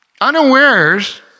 Unawares